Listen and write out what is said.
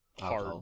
hard